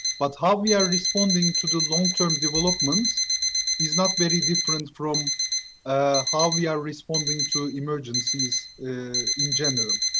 but how we are responding to the long term developments is not very different from ah how we are responding to emergencies in general.